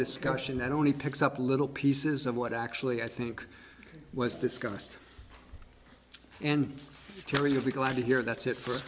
discussion and only picks up a little pieces of what actually i think was discussed and terry will be glad to hear that's it for